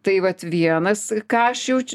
tai vat vienas ką aš jauč